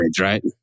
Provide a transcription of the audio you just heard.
right